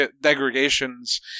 degradations